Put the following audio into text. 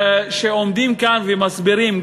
כשעומדים כאן ומסבירים,